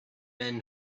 men